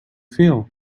feel